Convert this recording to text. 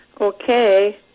Okay